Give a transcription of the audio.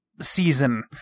season